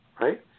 right